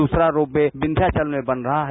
दूसरा रोप ये विध्यांचल में बन रहा है